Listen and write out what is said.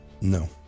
No